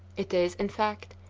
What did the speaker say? it is, in fact,